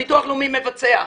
הביטוח הלאומי מבצע.